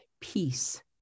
peace